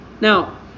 now